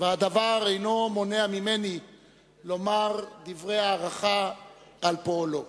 והדבר אינו מונע ממני לומר דברי הערכה על פועלו.